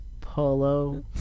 Polo